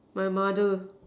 my mother